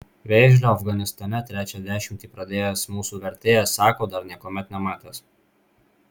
vėžlio afganistane trečią dešimtį pradėjęs mūsų vertėjas sako dar niekuomet nematęs